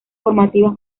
formativas